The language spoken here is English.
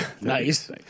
Nice